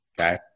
Okay